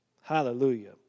Hallelujah